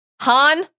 Han